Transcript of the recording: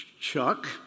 Chuck